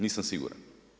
Nisam siguran.